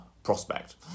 prospect